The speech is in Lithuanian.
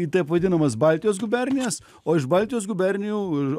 į taip vadinamas baltijos gubernijas o iš baltijos gubernijų ir